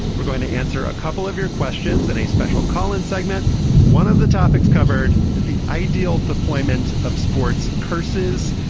we're going to answer a couple of your questions and a special kollin segment one of the topics covered is the ideal deployment of sports curses.